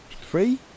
three